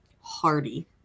hardy